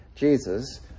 Jesus